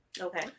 Okay